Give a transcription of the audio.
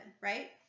right